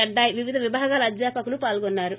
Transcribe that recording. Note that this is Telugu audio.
అడ్డాయ్ వివిధ విభాగాల అధ్యాపకులు పాల్గొన్నారు